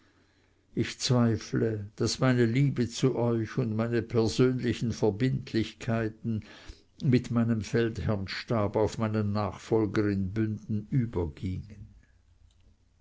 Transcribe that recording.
ich zweifle daß meine liebe zu euch und meine persönlichen verbindlichkeiten mit meinem feldherrnstab auf meinen nachfolger in bünden übergingen